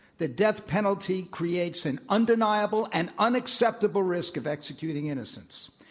the death penalty creates an undeniable and unacceptable risk of executing innocents.